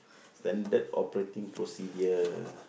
Standard operating procedure